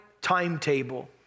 timetable